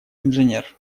инженер